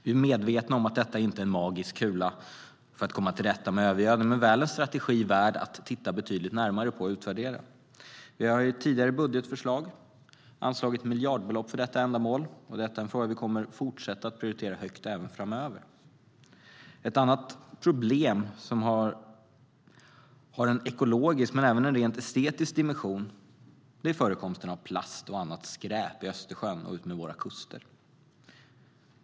Vi är medvetna om att detta inte är en magisk kula för att komma till rätta med övergödning men väl en strategi värd att titta betydligt närmare på och utvärdera. Vi har i tidigare budgetförslag anslagit miljardbelopp för detta ändamål. Det är en fråga vi kommer att fortsätta att prioritera högt även framöver. Ett annat problem som har en ekologisk men även en rent estetisk dimension är förekomsten av plast och annat skräp i Östersjön och utmed våra kuster.